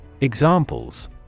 Examples